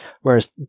whereas